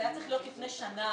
זה היה צריך להיות לפני שנה.